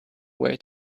way